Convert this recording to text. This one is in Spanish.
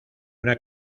una